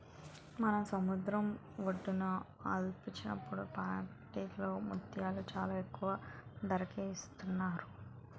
మన సముద్రం ఒడ్డున ఆల్చిప్పల ఫ్యాక్టరీలో ముత్యాలు చాలా తక్కువ ధరకే ఇస్తున్నారు